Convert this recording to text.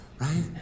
right